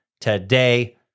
today